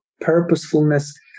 purposefulness